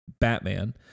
Batman